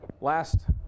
last